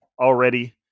already